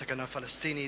בסכנה הפלסטינית,